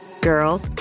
Girl